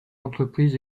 entreprise